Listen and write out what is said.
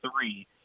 three